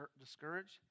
discouraged